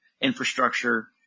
infrastructure